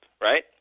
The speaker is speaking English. right